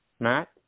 Matt